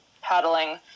paddling